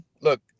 look